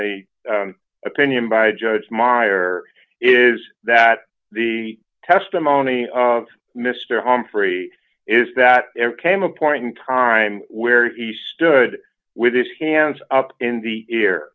the opinion by judge meyer is that the testimony of mr humphrey is that ever came a point in time where he stood with his hands up in the ear